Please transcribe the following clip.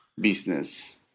business